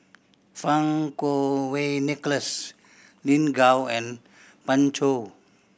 Fang Kuo Wei Nicholas Lin Gao and Pan Chou